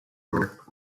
work